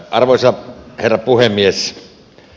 arvoisa herra puhemies